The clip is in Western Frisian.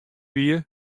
wie